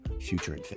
future